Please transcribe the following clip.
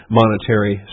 monetary